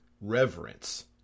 reverence